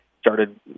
started